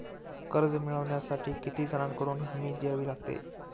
कर्ज मिळवण्यासाठी किती जणांकडून हमी द्यावी लागते?